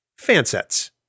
Fansets